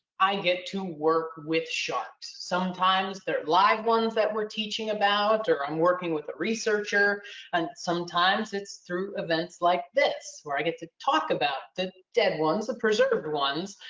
i get to work with sharks sometimes they're live ones that we're teaching about or i'm working with a researcher and sometimes it's through events like this where i get to talk about the dead ones, the preserved ones.